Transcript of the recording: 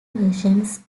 versions